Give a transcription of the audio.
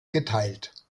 geteilt